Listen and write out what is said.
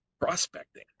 prospecting